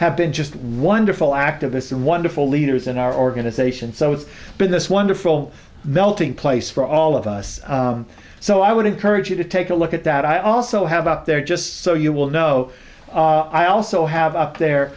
have been just wonderful activists and wonderful leaders in our organization so it's been this wonderful melting place for all of us so i would encourage you to take a look at that i also have out there just so you will know i also have up there